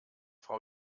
frau